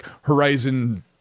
Horizon